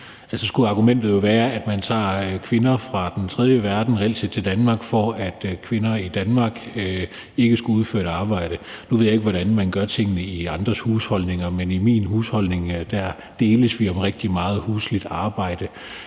Så skulle argumentet jo være, at man tager kvinder fra den tredje verden til Danmark, for at kvinder i Danmark ikke skal udføre et arbejde. Nu ved jeg ikke, hvordan man gør tingene i andres husholdninger, men i min husholdning deles vi om rigtig meget husligt arbejde.